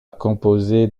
composer